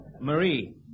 Marie